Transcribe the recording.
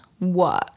work